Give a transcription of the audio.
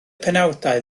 penawdau